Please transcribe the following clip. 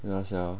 ya sia